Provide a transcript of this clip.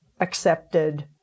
accepted